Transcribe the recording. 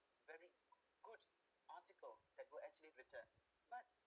very good article that were actually written but